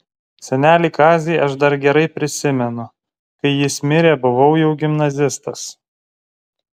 senelį kazį aš dar gerai prisimenu kai jis mirė buvau jau gimnazistas